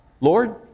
Lord